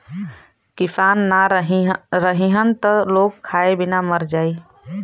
किसान ना रहीहन त लोग खाए बिना मर जाई